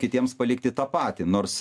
kitiems palikti tą patį nors